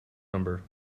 number